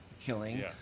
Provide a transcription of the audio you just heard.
killing